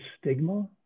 stigma